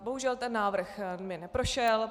Bohužel ten návrh mi neprošel.